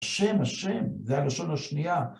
השם, השם, זה הלשון השנייה.